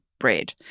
Bread